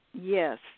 Yes